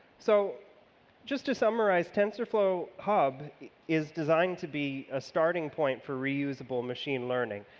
so just to summarize, tensorflow hub is designed to be a starting point for reusable machine learning,